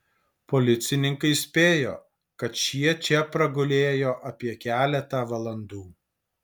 policininkai spėjo kad šie čia pragulėjo apie keletą valandų